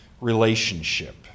relationship